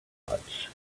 much